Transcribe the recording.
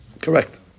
Correct